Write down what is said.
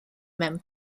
mewn